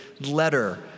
letter